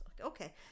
Okay